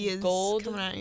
gold